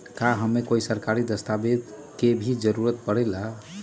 का हमे कोई सरकारी दस्तावेज के भी जरूरत परे ला?